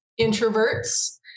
introverts